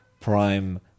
prime